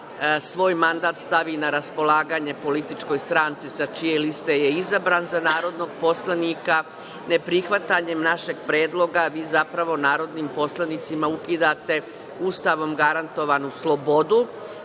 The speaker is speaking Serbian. svoj mandat stavi na raspolaganje političkoj stranci sa čije liste je izabran za narodnog poslanika. Neprihvatanjem našeg predloga vi narodnim poslanicima ukidate Ustavom garantovanu slobodu